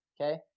okay